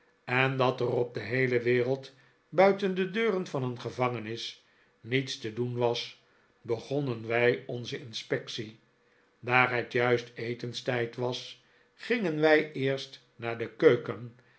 en dat er op de heele wereld buiten de deuren van een gevangenis niets te doen was begonnen wij onze inspectie daar het juist etenstijd was gingen wij eerst naar de keuken